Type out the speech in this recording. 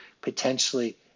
potentially